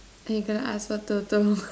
then you gonna ask for Toto